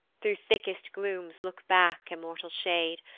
through thickest glooms look back, immortal shade,